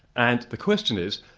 and the question is,